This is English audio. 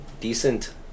Decent